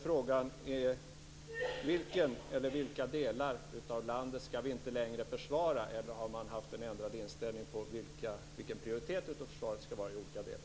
Vilken del eller vilka delar av landet skall inte längre försvaras? Eller rör det sig om en ändrad inställning när det gäller vilken prioritet försvaret skall ha i olika delar?